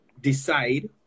decide